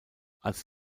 als